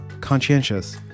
conscientious